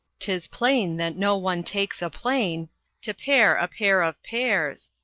tis plain that no one takes a plane to pare a pair of pears,